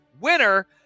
winner